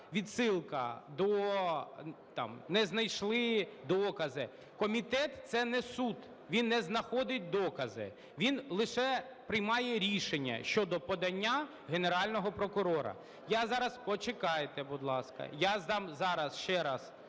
відсилка до… там не знайшли докази. Комітет – це не суд, він не знаходить докази, він лише приймає рішення щодо подання Генерального прокурора. Я зараз… Почекайте, будь ласка. Я дам зараз ще раз